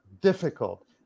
difficult